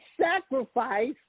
sacrifice